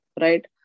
right